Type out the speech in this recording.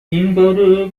اینور